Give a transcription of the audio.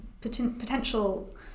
potential